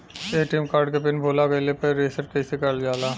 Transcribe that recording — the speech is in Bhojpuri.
ए.टी.एम कार्ड के पिन भूला गइल बा रीसेट कईसे करल जाला?